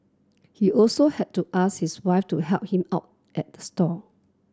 he also had to ask his wife to help him out at the stall